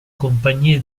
compagnie